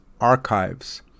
Archives